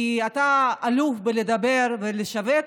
כי אתה אלוף בלדבר ובלשווק,